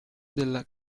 della